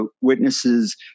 witnesses